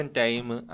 time